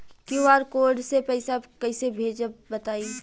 QR code से पईसा कईसे भेजब बताई?